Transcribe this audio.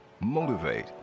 motivate